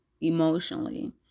emotionally